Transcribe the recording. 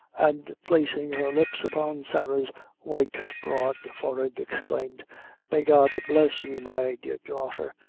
and placing her lips upon sarah's white broad forehead, exclaimed may god bless you, my dear daughter,